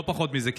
לא פחות מזה?